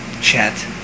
chat